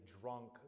drunk